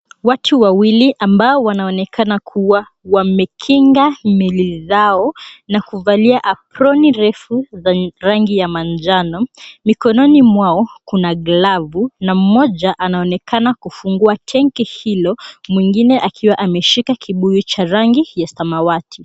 Watu wawili ambao wanaonekana kuwa wamekinga miili zao na kuvalia aproni refu za rangi ya manjano. Mikononi mwao kuna glavu na mmoja anaonekana kufungua tenki hilo mwingine akiwa ameshika kibuyu cha rangi ya samawati.